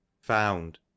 found